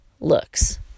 looks